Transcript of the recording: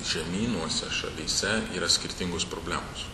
žemynuose šalyse yra skirtingos problemos